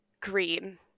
Green